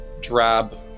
drab